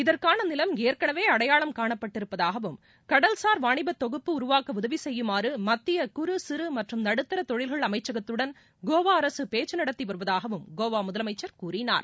இதற்கான நிலம் ஏற்கனவே அடையாளம் காணப்பட்டிருப்பதாகவும் கடல்சார் வாணிபத் தொகுப்பு உருவாக்க உதவி செய்யுமாறு மத்திய குறு சிறு மற்றும் நடுத்தர தொழில்கள் அமைச்சகத்துடன் கோவா அரசு பேச்சு நடத்தி வருவதாகவும் கோவா முதலமைச்சர் கூறினார்